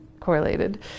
correlated